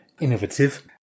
innovative